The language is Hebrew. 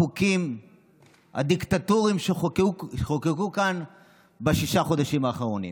חוקים דיקטטוריים שחוקקו כאן בששת החודשים האחרונים.